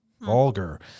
vulgar